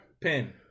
pin